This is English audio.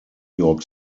york